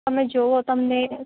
તમે જુઓ તમને